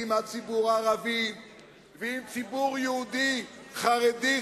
עם הציבור הערבי ועם הציבור היהודי החרדי,